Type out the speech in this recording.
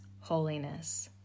holiness